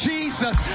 Jesus